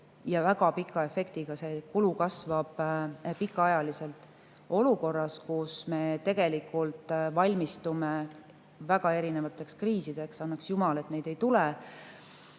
ja väga pika efektiga. See kulu kasvab pikaajaliselt olukorras, kus me tegelikult valmistume väga erinevateks kriisideks – annaks jumal, et neid ei tule